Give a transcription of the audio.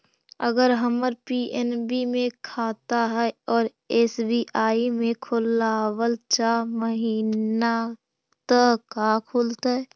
अगर हमर पी.एन.बी मे खाता है और एस.बी.आई में खोलाबल चाह महिना त का खुलतै?